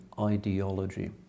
ideology